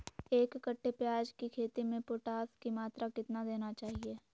एक कट्टे प्याज की खेती में पोटास की मात्रा कितना देना चाहिए?